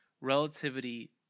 Relativity